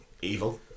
evil